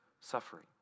suffering